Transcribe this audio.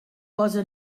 posa